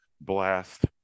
blast